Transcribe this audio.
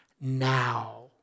now